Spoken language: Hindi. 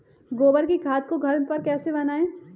गोबर की खाद को घर पर कैसे बनाएँ?